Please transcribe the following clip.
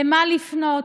למה לפנות,